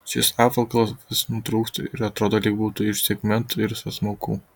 šis apvalkalas vis nutrūksta ir atrodo lyg būtų iš segmentų ir sąsmaukų